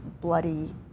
bloody